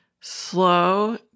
slow